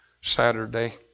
Saturday